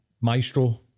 Maestro